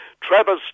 Travis